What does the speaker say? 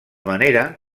manera